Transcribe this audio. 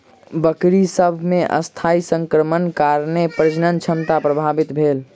बकरी सभ मे अस्थायी संक्रमणक कारणेँ प्रजनन क्षमता प्रभावित भेल